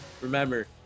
Remember